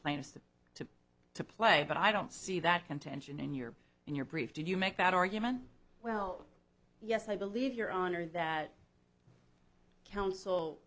plaintiffs the to play but i don't see that contention in your in your brief did you make that argument well yes i believe your honor that counsel